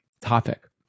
topic